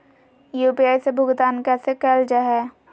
UPI से भुगतान कैसे कैल जहै?